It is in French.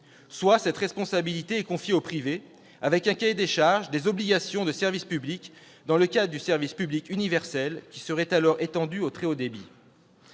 soit cette responsabilité est confiée au privé, avec un cahier des charges, des obligations de service public dans le cadre du service public universel qui serait alors étendu au très haut débit.